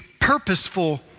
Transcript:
purposeful